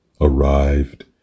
arrived